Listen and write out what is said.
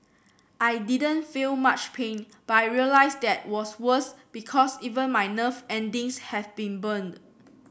I didn't feel much pain but I realised that was worse because even my nerve endings have been burned